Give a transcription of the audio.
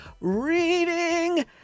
reading